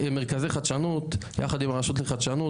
מרכזי חדשנות ביחד עם הרשות לחדשנות.